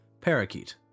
Parakeet